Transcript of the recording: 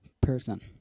person